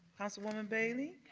councilwoman bailey.